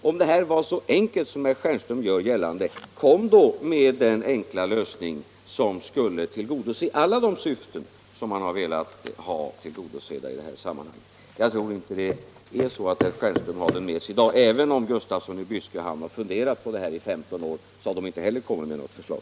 Om det här är så enkelt som herr Stjernström gör gällande, kom då med den enkla lösning som skulle tillgodose alla de syften som det är önskvärt att beakta i detta sammanhang. Jag tror inte att herr Stjernström har något sådant förslag med sig i dag. Även om det är så att herr Gustafsson i Byske och herr Stjernström funderat på saken i 15 år, så har inte heller de kommit med något förslag.